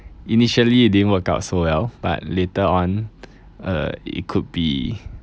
initially it didn't work out so well but later on uh it could be